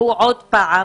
שתיתקעו עוד פעם